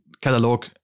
catalog